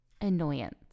annoyance